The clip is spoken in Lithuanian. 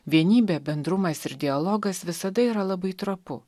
vienybė bendrumas ir dialogas visada yra labai trapu